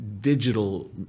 digital